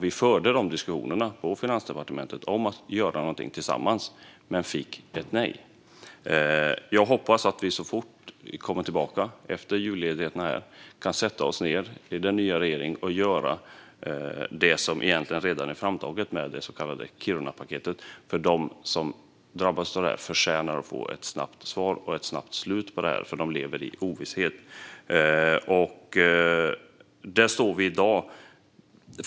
Vi förde diskussionerna på Finansdepartementet om att göra någonting tillsammans men fick ett nej. Jag hoppas att vi så fort vi kommer tillbaka efter julledigheten kan sätta oss ned i den nya regeringen och göra det som egentligen redan är framtaget med det så kallade Kirunapaketet. De som drabbas av detta förtjänar att få ett snabbt svar och ett snabbt slut på detta. De lever i ovisshet. Där står vi i dag.